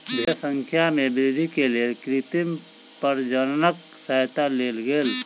भेड़क संख्या में वृद्धि के लेल कृत्रिम प्रजननक सहयता लेल गेल